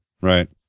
Right